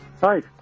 Hi